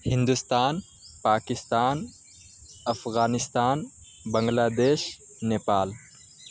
Hindustan Pakistan Afghanistan Bangladesh Nepal